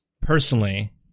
personally